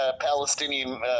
Palestinian